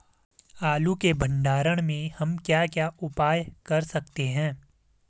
आलू के भंडारण में हम क्या क्या उपाय कर सकते हैं?